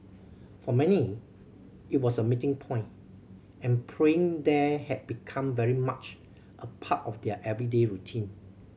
for many it was a meeting point and praying there had become very much a part of their everyday routine